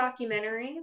documentaries